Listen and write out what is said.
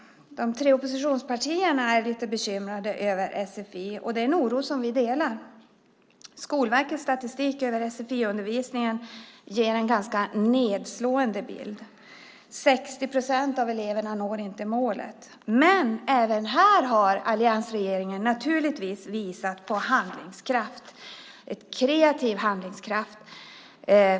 De tre oppositionspartierna är lite bekymrade över sfi, och det är en oro som vi delar. Skolverkets statistik över sfi-undervisningen ger en ganska nedslående bild. 60 procent av eleverna når inte målet. Även här har alliansregeringen naturligtvis visat på en kreativ handlingskraft.